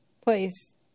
place